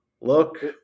Look